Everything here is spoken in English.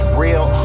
real